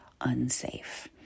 unsafe